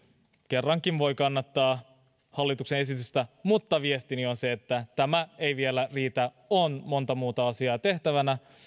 kerrankin voin kannattaa hallituksen esitystä mutta viestini on se että tämä ei vielä riitä on monta muuta asiaa tehtävänä